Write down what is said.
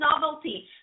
novelty